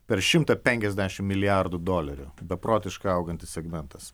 per šimtą penkiasdešimt milijardų dolerių beprotiškai augantis segmentas